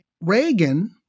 Reagan